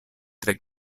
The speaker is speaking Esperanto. tre